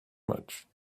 much